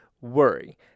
Worry